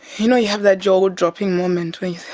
you know you have that jaw-dropping moment when